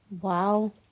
wow